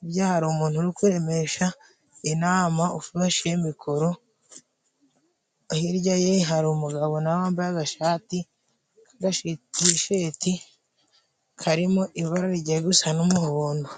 hirya hari umuntu uri kuremesha inama ufashe mikoro, hirya ye hari umugabo nawe wambaye agashati k'agatisheti karimo ibara rigiye gusa n'umuhondo.